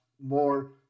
more